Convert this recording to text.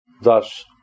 Thus